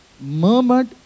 murmured